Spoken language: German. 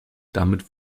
damit